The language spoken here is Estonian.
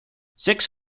seks